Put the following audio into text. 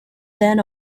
then